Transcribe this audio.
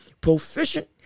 proficient